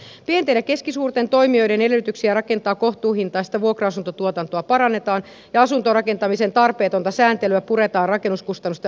pienten ja keskisuurten toimijoiden edellytyksiä rakentaa kohtuuhintaista vuokra asuntotuotantoa parannetaan ja asuntorakentamisen tarpeetonta sääntelyä puretaan rakennuskustannusten alentamiseksi